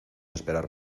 esperar